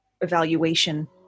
evaluation